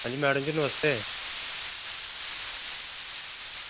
आं जी मैडम जी नमस्ते